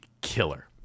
killer